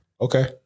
Okay